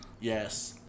Yes